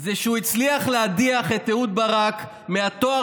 זה שהוא הצליח להדיח את אהוד ברק מהתואר